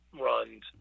runs